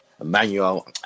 Emmanuel